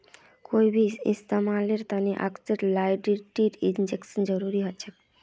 कोई भी इंसानेर तने अक्सर लॉयबिलटी इंश्योरेंसेर जरूरी ह छेक